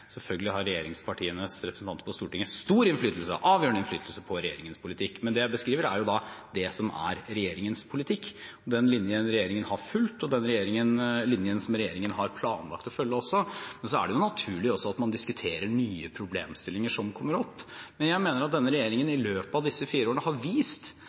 Selvfølgelig har regjeringspartienes representanter på Stortinget stor innflytelse, avgjørende innflytelse på regjeringens politikk, men det jeg beskriver, er det som er regjeringens politikk, den linjen regjeringen har fulgt, og den linjen som regjeringen også har planlagt å følge. Men det er naturlig at man også diskuterer nye problemstillinger som kommer opp. Jeg mener at denne regjeringen i løpet av disse fire årene har vist